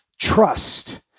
trust